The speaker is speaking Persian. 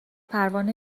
پروانه